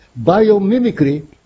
biomimicry